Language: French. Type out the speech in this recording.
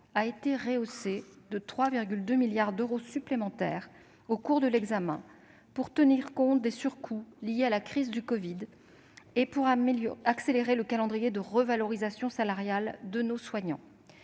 a été rehaussé de 3,2 milliards d'euros supplémentaires au cours de l'examen du texte, pour tenir compte des surcoûts liés à la crise du covid et pour accélérer le calendrier de revalorisation salariale de nos soignants.